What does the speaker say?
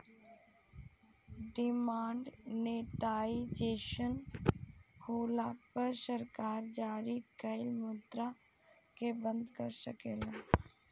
demonetisation होला पर सरकार जारी कइल मुद्रा के बंद कर सकेले